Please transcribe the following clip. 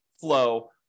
flow